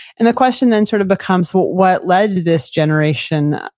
and the question then sort of becomes what what led this generation,